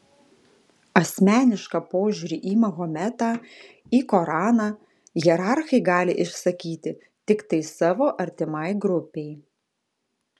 asmenišką požiūrį į mahometą į koraną hierarchai gali išsakyti tiktai savo artimai grupei